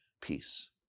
peace